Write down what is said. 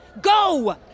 Go